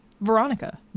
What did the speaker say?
Veronica